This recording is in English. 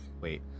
Wait